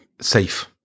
Safe